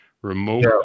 Remote